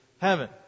heaven